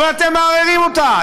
אבל אתם מערערים אותה,